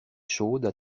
chaudes